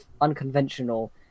unconventional